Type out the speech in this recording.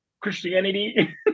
Christianity